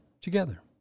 together